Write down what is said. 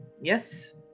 yes